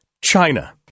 China